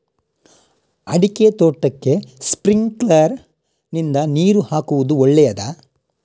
ಅಡಿಕೆ ತೋಟಕ್ಕೆ ಸ್ಪ್ರಿಂಕ್ಲರ್ ನಿಂದ ನೀರು ಹಾಕುವುದು ಒಳ್ಳೆಯದ?